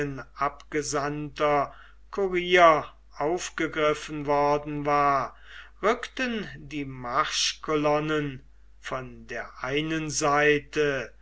abgesandter kurier aufgegriffen worden war rückten die marschkolonnen von der einen seite